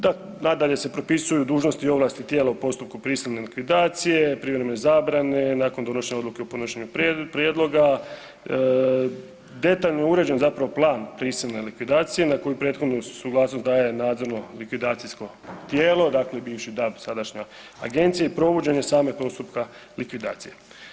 Da, nadalje se propisuju dužnosti i ovlasti tijela u postupku prisilne likvidacije, privremen zabrane, nakon donošenja odluke o podnošenju prijedloga, detaljno je uređen zapravo plan prisilne likvidacije na koju prethodnu suglasnost daje nadzorno likvidacijsko tijelo, dakle bivši DAB, sadašnja Agencija i provođenje samog postupka likvidacije.